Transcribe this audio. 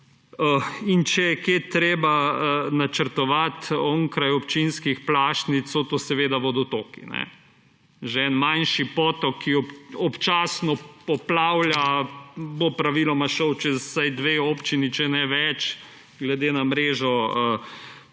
in če je kje treba načrtovati onkraj občinskih plašnic, so to seveda vodotoki. Že en manjši potok, ki občasno poplavlja, bo praviloma šel vsaj čez dve občini, če ne več glede na mrežo naših